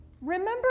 Remember